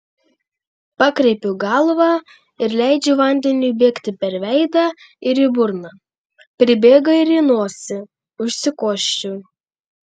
pakreipiu galvą ir leidžiu vandeniui bėgti per veidą ir į burną pribėga ir į nosį užsikosčiu